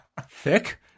thick